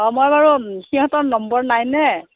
অঁ মই বাৰু সিহঁতৰ নম্বৰ নাইনে